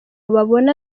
babona